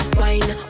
wine